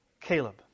Caleb